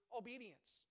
obedience